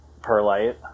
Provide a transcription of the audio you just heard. perlite